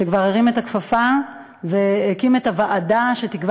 שכבר הרים את הכפפה והקים את הוועדה שתקבע